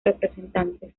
representantes